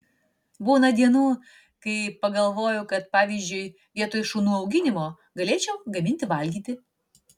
būna dienų kai pagalvoju kad pavyzdžiui vietoj šunų auginimo galėčiau gaminti valgyti